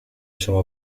شما